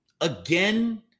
again